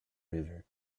river